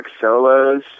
solos